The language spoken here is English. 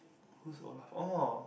who's Olaf orh